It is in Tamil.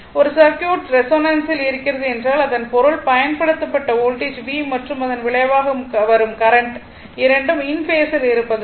ஒரு சர்க்யூட் ரெசோனன்ஸில் இருக்கிறது என்றால் அதன் பொருள் பயன்படுத்தப்பட்ட வோல்டேஜ் V மற்றும் அதன் விளைவாக வரும் கரண்ட் I இரண்டும் இன் பேஸில் இருப்பது ஆகும்